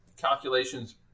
calculations